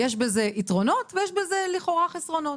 יש בזה יתרונות ויש בזה לכאורה חסרונות.